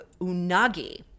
unagi